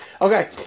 Okay